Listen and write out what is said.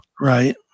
Right